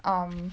um